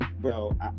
bro